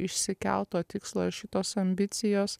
išsikelto tikslo ir šitos ambicijos